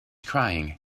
crying